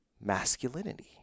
masculinity